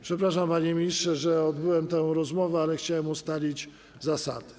Przepraszam, panie ministrze, że odbyłem tę rozmowę, ale chciałem ustalić zasady.